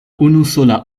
unusola